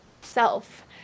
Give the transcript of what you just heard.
self